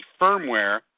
firmware